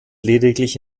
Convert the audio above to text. lediglich